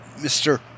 Mr